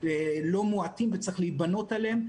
מועטים וצריך להבנות עליהם.